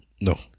No